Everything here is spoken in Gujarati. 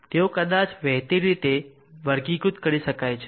તેઓ કદાચ વહેતી રીતે વર્ગીકૃત કરી શકાય છે